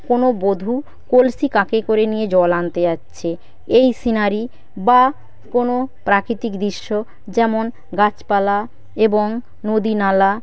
কোনও বধূ কলসি কাঁধে করে নিয়ে জল আনতে যাচ্ছে এই সিনারি বা কোনও প্রাকৃতিক দৃশ্য যেমন গাছপালা এবং নদীনালা